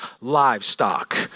livestock